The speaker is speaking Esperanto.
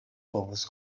povus